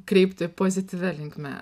kreipti pozityvia linkme